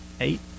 eight